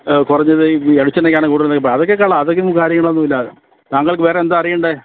കുറഞ്ഞത് ഈ വെളിച്ചെണ്ണയ്ക്കാണ് കൂടുതൽ അതൊക്കെ കള അതൊക്കെ കാര്യങ്ങളൊന്നും ഇല്ല താങ്കൾക്ക് വേറെ എന്താണ് അറിയേണ്ടത്